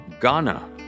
Ghana